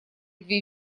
две